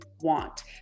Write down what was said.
want